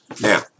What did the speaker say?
Now